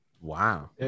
Wow